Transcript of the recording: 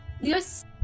yes